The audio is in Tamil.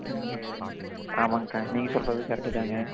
ம் ஆமாங்கக்கா நீங்கள் சொல்கிறதும் கரக்ட்டு தாங்க